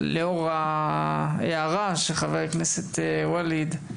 לאור ההערה של חבר הכנסת ואליד,